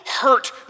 hurt